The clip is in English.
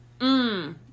mmm